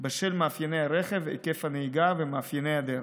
בשל מאפייני הרכב והיקף הנהיגה ומאפייני הדרך.